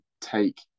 take